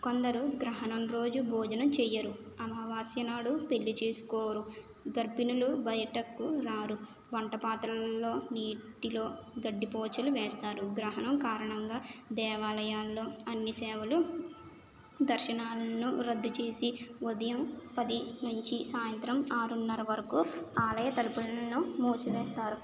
కొందరు గ్రహణం రోజు భోజనం చేయరు అమావాస్య నాడు పెళ్ళి చేసుకోరు గర్భిణులు బయటకు రారు వంట పాత్రలలో నీటిలో గడ్డిపోచలు వేస్తారు గ్రహణం కారణంగా దేవాలయాల్లో అన్ని సేవలు దర్శనాలను రద్దుచేసి ఉదయం పది నుంచి సాయంత్రం ఆరున్నర వరకు ఆలయ తలుపులను మూసివేస్తారు